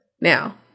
Now